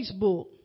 Facebook